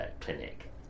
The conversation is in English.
clinic